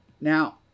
Now